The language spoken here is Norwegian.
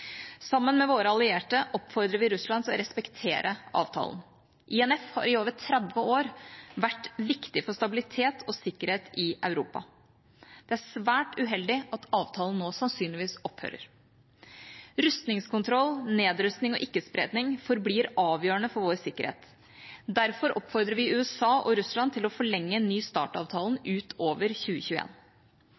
Sammen med våre allierte oppfordrer vi Russland til å respektere avtalen. INF har i over 30 år vært viktig for stabilitet og sikkerhet i Europa. Det er svært uheldig at avtalen nå sannsynligvis opphører. Rustningskontroll, nedrustning og ikke-spredning forblir avgjørende for vår sikkerhet. Derfor oppfordrer vi USA og Russland til å forlenge New Start-avtalen utover 2021. Ikkespredningsavtalen er hjørnesteinen i det internasjonale arbeidet for en